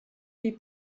die